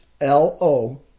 L-O